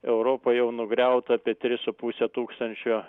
europoj jau nugriauta apie tris su puse tūkstančio